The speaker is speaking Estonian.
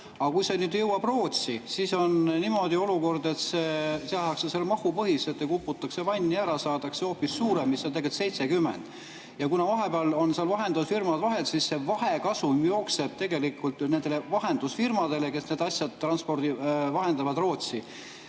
Aga kui see nüüd jõuab Rootsi, siis on olukord selline, et seal tehakse mahupõhiselt, kukutakse vanni ära, saadakse hoopis suurem koefitsient, mis on tegelikult 70. Ja kuna vahepeal on seal vahendusfirmad vahel, siis see vahekasum jookseb tegelikult nendele vahendusfirmadele, kes vahendavad kauba Rootsi.